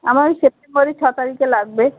আমার ওই সেপ্টেম্বরের ছ তারিখে লাগবে